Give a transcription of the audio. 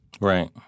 Right